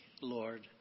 Lord